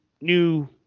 new